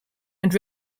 and